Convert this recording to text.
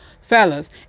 fellas